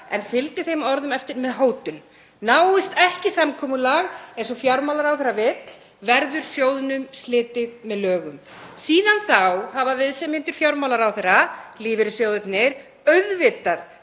en fylgdi þeim orðum eftir með hótun: Náist ekki samkomulag eins og fjármálaráðherra vill verður sjóðnum slitið með lögum. Síðan þá hafa viðsemjendur fjármálaráðherra, lífeyrissjóðirnir, auðvitað